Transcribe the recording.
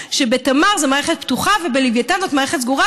לגמרי, שבתמר זו מערכת פתוחה ובלווייתן זאת מערכת סגורה.